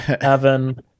Evan